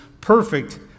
perfect